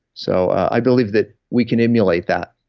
so i believe that we can emulate that